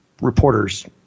reporters